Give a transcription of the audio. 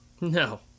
No